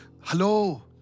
hello